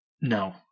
No